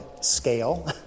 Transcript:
scale